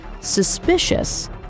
Suspicious